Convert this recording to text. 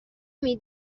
نمی